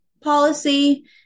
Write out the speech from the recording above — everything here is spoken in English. policy